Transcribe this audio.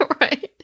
right